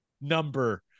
number